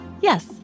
Yes